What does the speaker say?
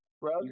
Bro